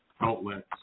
outlets